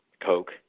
Coke